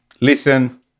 listen